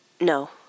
No